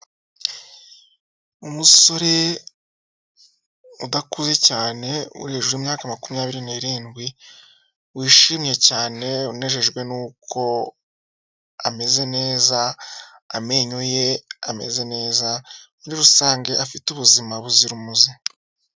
Umusore udakuze cyane wujuje imyaka makumyabiri n'irindwi, wishimye cyane unejejwe nuko ameze neza, amenyo ye ameze neza, muri rusange afite ubuzima buzira umuze.